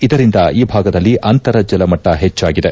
ಇದರಿಂದ ಈ ಭಾಗದಲ್ಲಿ ಅಂತರ ಜಲ ಮಟ್ಟ ಹೆಚ್ಚಾಗಿದೆ